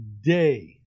day